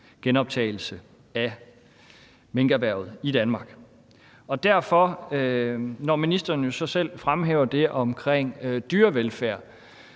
genoptagelse af minkerhvervet i Danmark. Når ministeren jo så selv fremhæver det omkring dyrevelfærd,